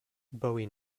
bowie